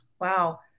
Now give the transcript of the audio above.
Wow